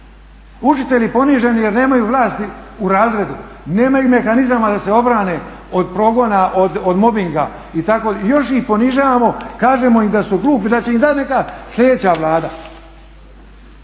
učitelji poniženi jer nemaju vlasti u razredu, nemaju mehanizama da se obrane od progona, od mobbinga i još ih ponižavamo kažemo im da su glupi, da će im dati neka sljedeća Vlada.